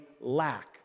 lack